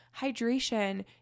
Hydration